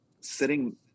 sitting